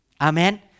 Amen